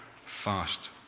fast